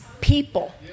people